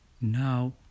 Now